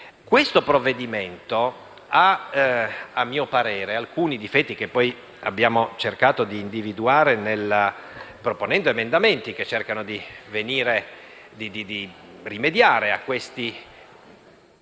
Questo provvedimento, a mio parere, ha alcuni difetti che abbiamo poi cercato di individuare, proponendo emendamenti che cercano di rimediare appunto